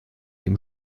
dem